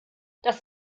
das